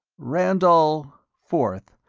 randall. forth.